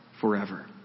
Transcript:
forever